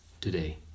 today